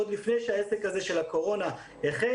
עוד לפני שהעסק הזה של הקורונה החל.